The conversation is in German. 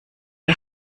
der